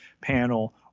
panel